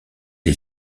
est